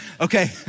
Okay